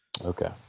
Okay